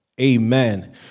Amen